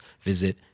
visit